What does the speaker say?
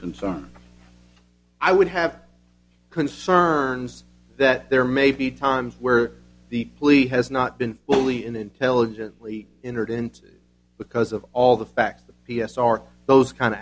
concern i would have concerns that there may be times where the plea has not been fully in intelligently entered into because of all the facts the p s r those kind of